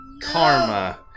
karma